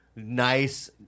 nice